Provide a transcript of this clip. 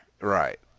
Right